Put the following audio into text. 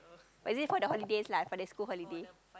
or is it for the holidays lah for the school holidays